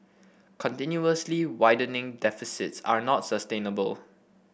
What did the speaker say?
continuously widening deficits are not sustainable